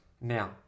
now